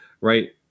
right